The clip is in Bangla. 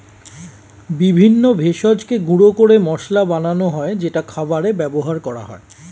বিভিন্ন ভেষজকে গুঁড়ো করে মশলা বানানো হয় যেটা খাবারে ব্যবহার করা হয়